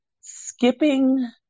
Skipping